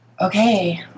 Okay